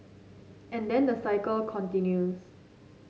and then the cycle continues